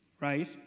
right